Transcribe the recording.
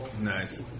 Nice